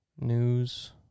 News